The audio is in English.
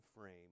frame